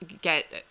get